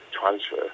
transfer